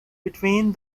between